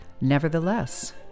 nevertheless